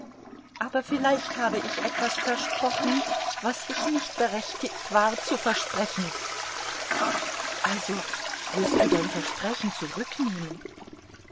aber vielleicht habe ich etwas versprochen was ich nicht berechtigt war zu versprechen also willst du dein versprechen zurücknehmen